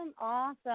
awesome